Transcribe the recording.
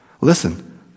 Listen